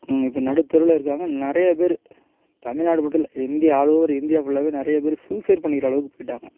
இப்போ நடுத்தெருவில இருக்காங்க நிறையா பேர் தமிழ்நாடு மட்டுல்ல இந்தியா ஆல் ஓவர் இந்தியா ஃபுல்லாகவே நிறையா பேர் சூசைட் பண்ணிக்கிற அளவுக்குப் போய்விட்டாங்க